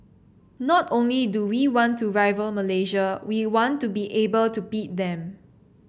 not only do we want to rival Malaysia we want to be able to beat them